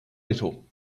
little